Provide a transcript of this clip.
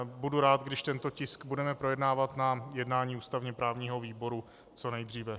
Budu rád, když tento tisk budeme projednávat na jednání ústavněprávního výboru co nejdříve.